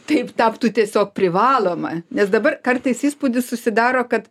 taip taptų tiesiog privaloma nes dabar kartais įspūdis susidaro kad